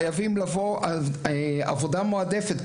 חייבים לבוא על עבודה מעודפת,